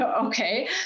Okay